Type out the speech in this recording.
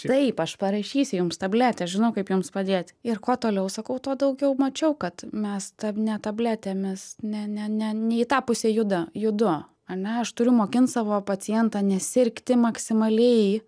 taip aš parašysiu jums tabletę žinau kaip jums padėti ir kuo toliau sakau tuo daugiau mačiau kad mes tą ne tabletėmis ne ne ne ne į tą pusę juda judu ane aš turiu mokint savo pacientą nesirgti maksimaliai